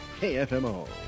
KFMO